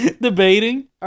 Debating